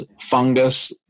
fungus